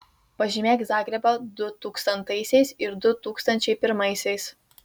pažymėk zagrebą du tūkstantaisiais ir du tūkstančiai pirmaisiais